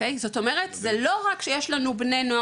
זאת אומרת זה לא רק שיש לנו בני נוער